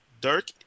Dirk